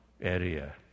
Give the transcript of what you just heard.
area